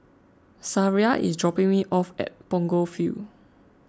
Sariah is dropping me off at Punggol Field